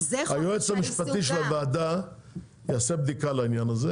היועץ המשפטי של הוועדה יעשה בדיקה לעניין הזה.